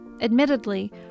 Admittedly